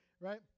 right